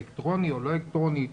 אלקטרוני או לא אלקטרוני,